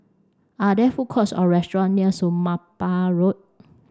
are there food courts or restaurant near Somapah Road